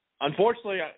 unfortunately